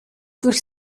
durch